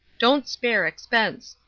don't spare expense.